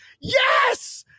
Yes